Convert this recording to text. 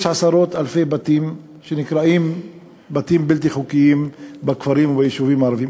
יש עשרות אלפי בתים שנקראים בתים בלתי חוקיים בכפרים וביישובים הערביים.